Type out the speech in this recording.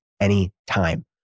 anytime